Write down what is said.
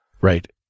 Right